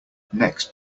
next